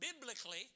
biblically